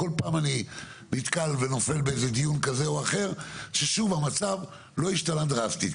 כל פעם אני נתקל בדיון כזה אחר והמצב לא השתנה דרסטית.